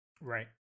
Right